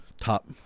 top